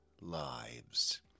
lives